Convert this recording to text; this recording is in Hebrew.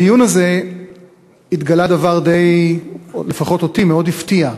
בדיון הזה התגלה דבר די, לפחות אותי מאוד הפתיע.